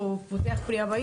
הוא בתקופה הקרובה,